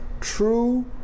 true